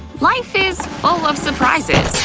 life is full of surprises.